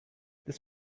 this